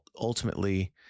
ultimately